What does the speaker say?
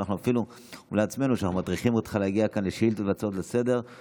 ואנחנו אפילו מטריחים אותך להגיע כאן לשאילתות ולהצעות לסדר-היום,